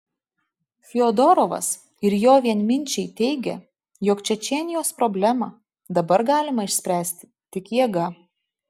fiodorovas ir jo vienminčiai teigia jog čečėnijos problemą dabar galima išspręsti tik jėga